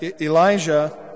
Elijah